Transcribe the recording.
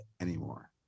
anymore